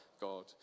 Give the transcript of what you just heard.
God